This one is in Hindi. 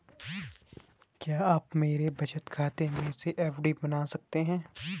क्या आप मेरे बचत खाते से एफ.डी बना सकते हो?